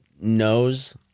knows